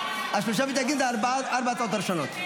שלושת המתנגדים זה על ארבע ההצעות הראשונות.